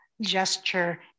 gesture